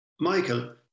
Michael